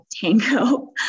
tango